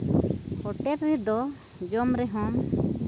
hotel ᱨᱮᱫᱚ ᱡᱚᱢ ᱨᱮᱦᱚᱸᱢ